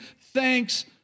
thanks